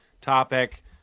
topic